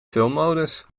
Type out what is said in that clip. filmmodus